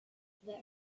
that